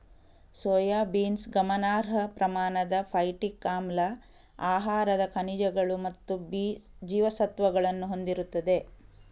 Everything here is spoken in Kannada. ಸೋಯಾಬೀನ್ಸ್ ಗಮನಾರ್ಹ ಪ್ರಮಾಣದ ಫೈಟಿಕ್ ಆಮ್ಲ, ಆಹಾರದ ಖನಿಜಗಳು ಮತ್ತು ಬಿ ಜೀವಸತ್ವಗಳನ್ನು ಹೊಂದಿರುತ್ತದೆ